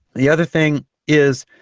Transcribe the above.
the other thing is,